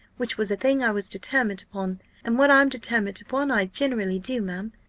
which was a thing i was determined upon and what i'm determined upon, i generally do, ma'am.